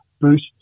boost